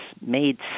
made